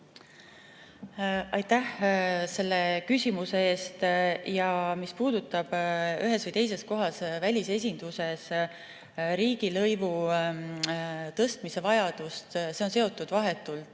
Aitäh selle küsimuse eest! Mis puudutab ühes või teises kohas välisesinduses riigilõivu tõstmise vajadust, siis see on seotud vahetult